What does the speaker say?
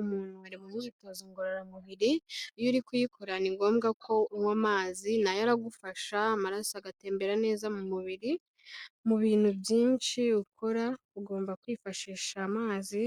Umuntu wari mu myitozo ngororamubiri, iyo uri kuyikora ni ngombwa ko unywa amazi nayo aragufasha, amaraso agatembera neza mu mubiri, mu bintu byinshi ukora ugomba kwifashisha amazi,